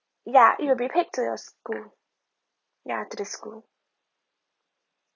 ya it will be paid to your school ya to the school